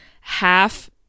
half